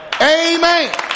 Amen